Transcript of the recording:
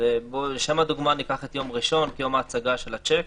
לשם הדוגמא ניקח את יום ראשון כיום ההצגה של השיק.